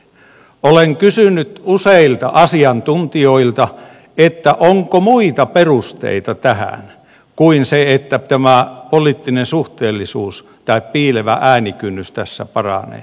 olen kysynyt useilta asiantuntijoilta onko muita perusteita tähän kuin se että tämä poliittinen suhteellisuus tai piilevä äänikynnys tässä paranee